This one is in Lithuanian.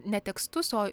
ne tekstus o